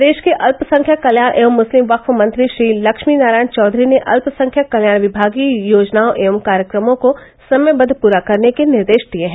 प्रदेश के अल्पसंख्यक कल्याण एवं मुस्लिम वक्फ मंत्री श्री लक्ष्मी नारायण चौधरी ने अल्पसंख्यक कल्याण विभाग की योजनाओं एवं कार्यक्रमों को समयबद्ध प्ररा करने के निर्देश दिये हैं